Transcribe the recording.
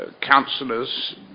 councillors